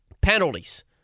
Penalties